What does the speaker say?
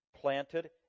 planted